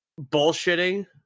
bullshitting